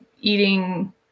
eating